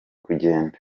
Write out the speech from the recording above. kugenda